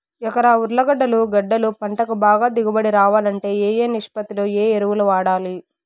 ఎకరా ఉర్లగడ్డలు గడ్డలు పంటకు బాగా దిగుబడి రావాలంటే ఏ ఏ నిష్పత్తిలో ఏ ఎరువులు వాడాలి?